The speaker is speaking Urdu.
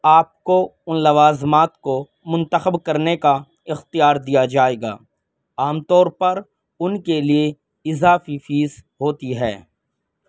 آپ کو ان لوازمات کو منتخب کرنے کا اختیار دیا جائے گا عام طور پر ان کے لیے اضافی فیس ہوتی ہے